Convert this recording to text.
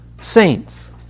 saints